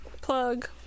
plug